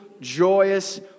joyous